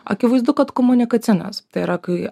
akivaizdu komunikacinės tai yra kai